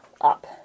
up